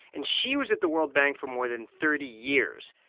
and she was at the world bank for more than thirty years.